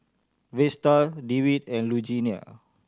Vesta Dewitt and Lugenia